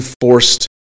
forced